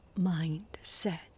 mindset